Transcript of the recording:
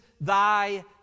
thy